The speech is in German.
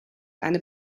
eine